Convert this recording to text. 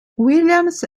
williams